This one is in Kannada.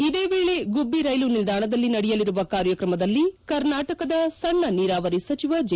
ಇದೇ ವೇಳೆ ಗುಬ್ಬ ರೈಲು ನಿಲ್ದಾಣದಲ್ಲಿ ನಡೆಯಲಿರುವ ಕಾರ್ಯಕ್ರಮದಲ್ಲಿ ಕರ್ನಾಟಕದ ಸಣ್ಣ ನೀರಾವರಿ ಸಚಿವ ಜೆ